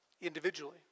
individually